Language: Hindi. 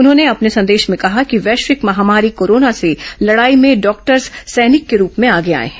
उन्होंने अपने संदेश में कहा कि वैश्विक महामारी कोरोना से लड़ाई में डॉक्टर्स सैनिक के रूप में आगे आए हैं